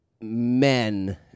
men